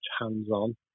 hands-on